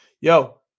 Yo